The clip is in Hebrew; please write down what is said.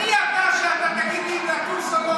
גילת אמרה לו: מי אתה שאתה תגיד לי אם לטוס או לא,